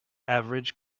average